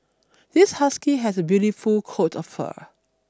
this husky has a beautiful coat of fur